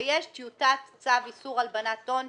ויש טיוטת צו איסור הלבנת הון,